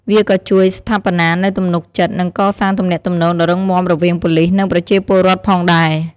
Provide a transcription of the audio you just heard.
វាក៏ជួយស្ថាបនានូវទំនុកចិត្ត និងកសាងទំនាក់ទំនងដ៏រឹងមាំរវាងប៉ូលីស និងប្រជាពលរដ្ឋផងដែរ។